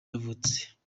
yavutse